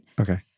Okay